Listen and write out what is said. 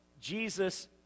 Jesus